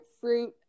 fruit